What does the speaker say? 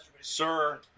Sir